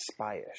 spyish